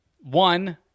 One